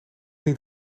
niet